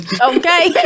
Okay